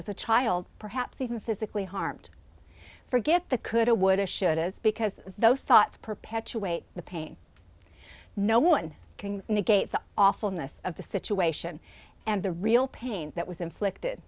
as a child perhaps even physically harmed forget the coulda woulda should is because those thoughts perpetuate the pain no one can negate the awfulness of the situation and the real pain that was inflicted